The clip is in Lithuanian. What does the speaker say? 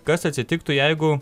kas atsitiktų jeigu